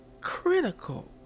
Critical